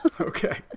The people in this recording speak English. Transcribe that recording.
Okay